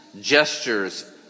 gestures